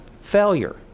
failure